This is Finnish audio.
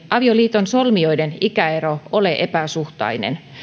avioliiton solmijoiden ikäero ole epäsuhtainen